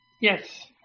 Yes